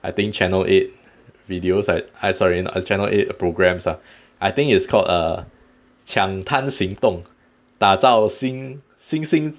I think channel eight videos like ah sorry no channel eight programs ah I think it's called uh 抢摊行动打造星星